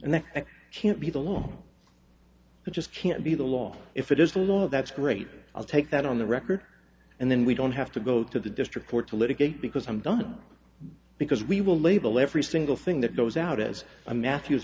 and that can't be the law it just can't be the law if it is the law that's great i'll take that on the record and then we don't have to go to the district court to litigate because i'm done because we will label every single thing that goes out as a matthew